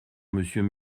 monsieur